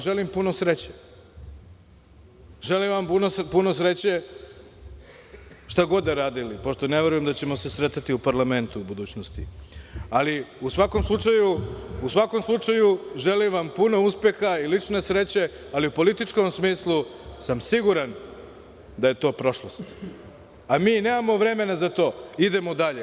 Želim vam puno sreće, želim vam puno sreće šta god radili pošto ne verujem da ćemo se sretati u parlamentu u budućnosti, ali u svakom slučaju želim vam puno uspeha i lične sreće, ali u političkom smislu sam siguran da je to prošlost, a mi nemamo vremena za to, idemo dalje.